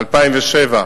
2007,